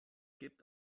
gibt